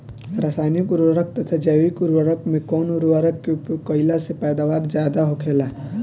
रसायनिक उर्वरक तथा जैविक उर्वरक में कउन उर्वरक के उपयोग कइला से पैदावार ज्यादा होखेला?